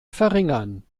verringern